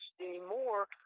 anymore